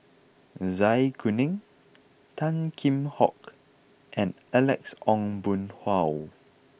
Zai Kuning Tan Kheam Hock and Alex Ong Boon Hau